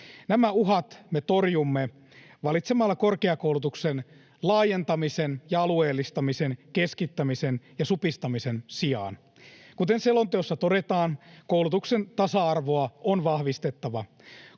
Nämä uhat me torjumme valitsemalla korkeakoulutuksen laajentamisen ja alueellistamisen, keskittämisen ja supistamisen sijaan. Kuten selonteossa todetaan, koulutuksen tasa-arvoa on vahvistettava.